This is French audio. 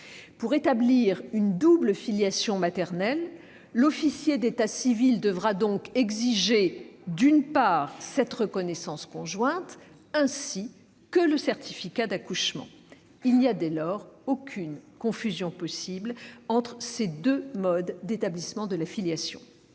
Pour établir une double filiation maternelle, l'officier d'état civil devra donc exiger cette reconnaissance conjointe, ainsi que le certificat d'accouchement. Il n'y a dès lors aucune confusion possible entre ces deux modes d'établissement de la filiation.